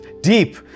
deep